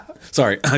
Sorry